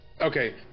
Okay